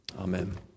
Amen